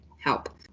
help